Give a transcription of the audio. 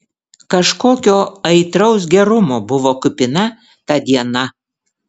kažkokio aitraus gerumo buvo kupina ta diena